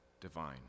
divine